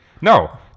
No